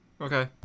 Okay